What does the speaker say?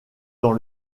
dans